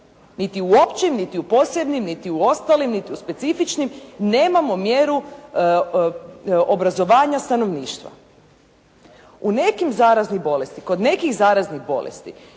niti u općim, niti u posebnim, niti u ostalim, niti u specifičnim nemamo mjeru obrazovanja stanovništva. U nekim zaraznim bolestima, kod nekih zaraznih bolesti